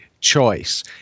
choice